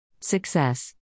Success